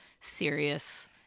serious